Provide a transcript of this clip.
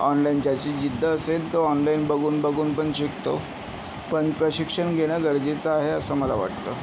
ऑनलाइनची अशी जिद्द असेल तर ऑनलाइन बघून बघून पण शिकतो पण प्रशिक्षण घेणं गरजेचं आहे असं मला वाटतं